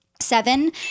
Seven